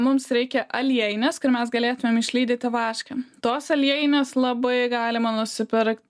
mums reikia aliejinės kur mes galėtumėm išlydyti vašką tos aliejinės labai galima nusipirkt